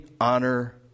honor